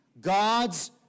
God's